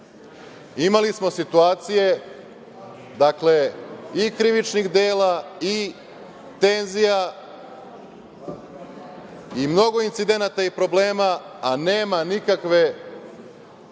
imali smo situacije i krivičnih dela i tenzija i mnogo incidenata i problema, a nema nikakve